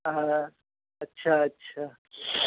आ अच्छा अच्छा